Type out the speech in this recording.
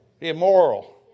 immoral